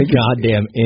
goddamn